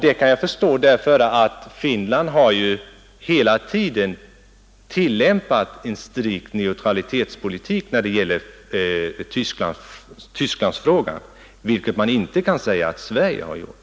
Detta kan jag förstå, eftersom Finland hela tiden har tillämpat en strikt neutralitetspolitik i Tysklandsfrågan, vilket man inte kan säga att Sverige har gjort.